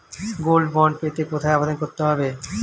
Gold bond পেতে কোথায় আবেদন করতে হবে?